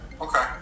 Okay